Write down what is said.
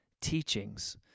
teachings